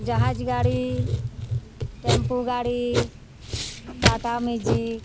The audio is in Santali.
ᱡᱟᱦᱟᱡᱽ ᱜᱟᱹᱲᱤ ᱴᱮᱢᱯᱩ ᱜᱟᱹᱲᱤ ᱴᱟᱴᱟ ᱢᱮᱡᱤᱠ